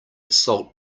salt